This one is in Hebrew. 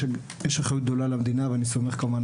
יש אחריות גדולה למדינה ואני סומך כמובן